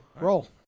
Roll